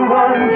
one